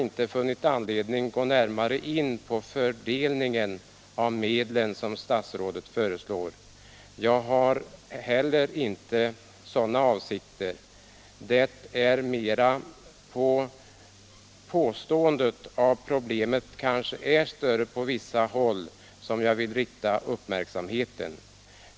Inte heller jag har sådana avsikter. Det är mera påståendet att problemet kanske är större på vissa håll, som jag vill rikta uppmärksamheten på.